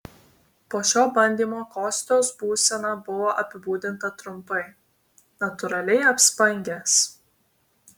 po šio bandymo kostios būsena buvo apibūdinta trumpai natūraliai apspangęs